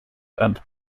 and